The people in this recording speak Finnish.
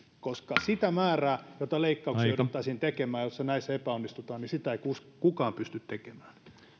koska sitä määrää joita leikkauksilla jouduttaisiin tekemään jos näissä epäonnistutaan ei kukaan pysty tekemään